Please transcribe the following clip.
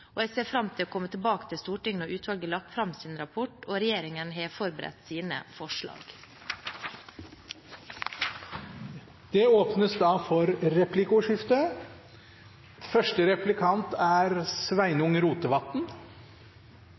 Jeg ser fram til å komme tilbake til Stortinget når utvalget har lagt fram sin rapport og regjeringen har forberedt sine forslag. Det blir replikkordskifte. Eg har tre spørsmål til statsråden. Det første